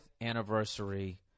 anniversary